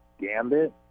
Gambit